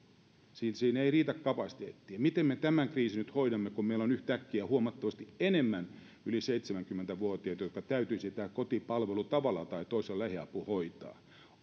siinä ei riitä kapasiteetti miten me tämän kriisin nyt hoidamme kun meillä on yhtäkkiä huomattavasti enemmän yli seitsemänkymmentä vuotiaita joille täytyisi tämä kotipalvelu lähiapu tavalla tai toisella hoitaa